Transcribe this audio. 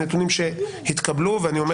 הנתונים שהתקבלו, ואני אומר